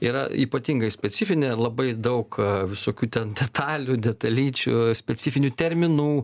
yra ypatingai specifinė labai daug visokių ten detalių detalyčių specifinių terminų